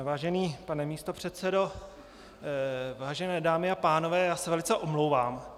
Vážený pane místopředsedo, vážené dámy a pánové, já se velice omlouvám.